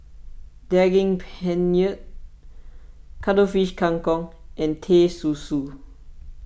Daging Penyet Cuttlefish Kang Kong and Teh Susu